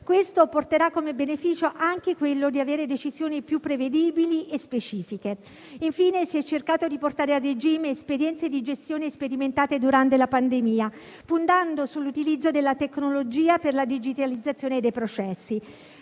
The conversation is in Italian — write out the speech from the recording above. Questo porterà come beneficio anche quello di avere decisioni più prevedibili e specifiche. Infine, si è cercato di portare a regime esperienze di gestione sperimentate durante la pandemia, puntando sull'utilizzo della tecnologia per la digitalizzazione dei processi.